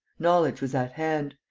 knowledge was at hand.